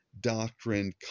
doctrine